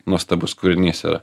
nuostabus kūrinys yra